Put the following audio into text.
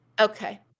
Okay